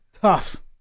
Tough